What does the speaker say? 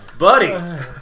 buddy